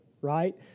Right